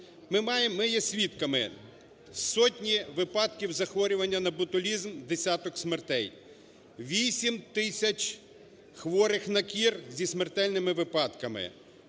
ми є свідками сотні випадків захворювання на ботулізм, десяток смертей, 8 тисяч хворих на кір зі смертельними випадками,